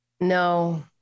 No